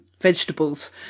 vegetables